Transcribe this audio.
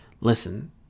Listen